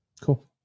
Cool